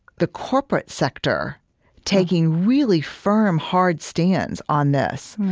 the corporate sector taking really firm, hard stands on this,